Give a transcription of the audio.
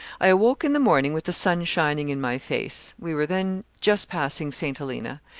i awoke in the morning with the sun shining in my face we were then just passing st. helena.